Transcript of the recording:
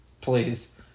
Please